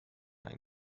ein